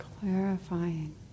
clarifying